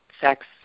sex